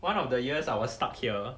one of the years I was stuck here